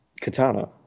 Katana